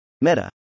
Meta